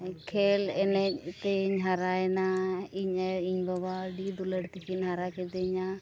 ᱠᱷᱮᱞ ᱮᱱᱮᱡ ᱛᱤᱧ ᱦᱟᱨᱟᱭᱮᱱᱟ ᱤᱧ ᱟᱭᱳ ᱤᱧ ᱵᱟᱵᱟ ᱟᱹᱰᱤ ᱫᱩᱞᱟᱹᱲ ᱛᱮᱠᱤᱱ ᱦᱟᱨᱟ ᱠᱤᱫᱤᱧᱟ